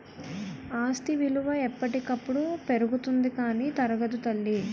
ఆస్తి విలువ ఎప్పటికప్పుడు పెరుగుతుంది కానీ తరగదు తల్లీ